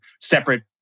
separate